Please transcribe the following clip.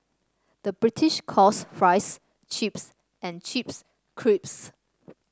the British calls fries chips and chips crisps